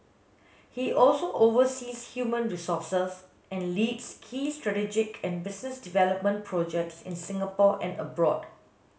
he also oversees human resources and leads key strategic and business development projects in Singapore and abroad